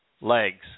legs